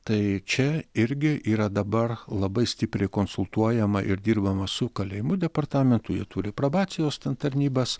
tai čia irgi yra dabar labai stipriai konsultuojama ir dirbama su kalėjimų departamentu jie turi probacijos ten tarnybas